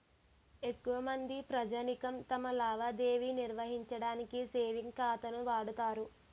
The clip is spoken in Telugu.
ఎక్కువమంది ప్రజానీకం తమ లావాదేవీ నిర్వహించడానికి సేవింగ్ ఖాతాను వాడుతారు